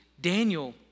Daniel